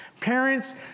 Parents